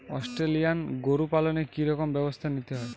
Australian গরু পালনে কি রকম ব্যবস্থা নিতে হয়?